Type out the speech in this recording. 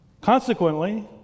Consequently